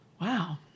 wow